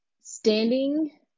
standing